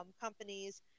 companies